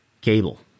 cable